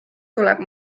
tuleb